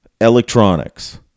electronics